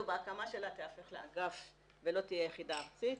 בהקמה שלה תיהפך לאגף ולא תהיה יחידה ארצית,